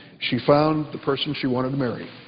she found the person she wanted to marry.